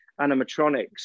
animatronics